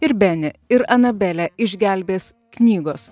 ir benį ir anabelę išgelbės knygos